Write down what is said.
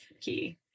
key